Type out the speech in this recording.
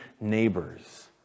neighbors